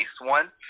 one